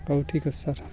ହଉ ଠିକ୍ ଅଛି ସାର୍